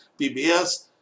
PBS